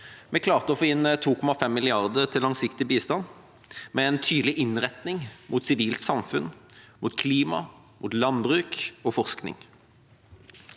Vi klarte å få inn 2,5 mrd. kr til langsiktig bistand, med en tydelig innretning mot sivilt samfunn, mot klima, mot landbruk og mot forskning.